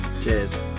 cheers